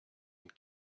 and